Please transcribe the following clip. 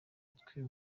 mutwe